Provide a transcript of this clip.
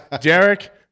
Derek